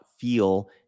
feel